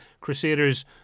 Crusaders